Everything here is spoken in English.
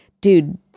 dude